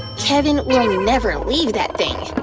kevin will never leave that thing.